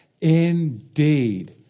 indeed